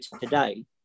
today